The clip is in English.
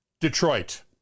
Detroit